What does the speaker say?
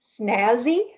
snazzy